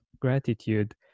gratitude